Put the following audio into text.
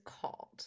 called